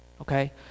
Okay